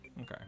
Okay